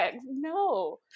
No